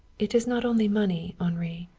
it is not only money, henri.